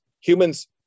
humans